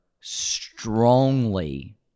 strongly